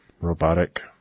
robotic